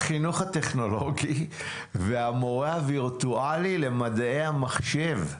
החינוך הטכנולוגי והמורה הווירטואלי למדעי המחשב,